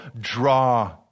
draw